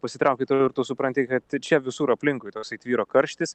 pasitrauki toliau ir tu supranti kad čia visur aplinkui toksai tvyro karštis